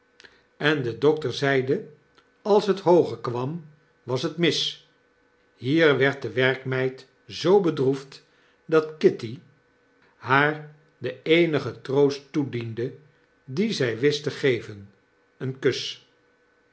en de dokter zeide als t hooger kwam was t mis hier werd de werkmeid zoo bedroefd dat kitty haar den eenigen troost toediende dien zij wist te geven een kus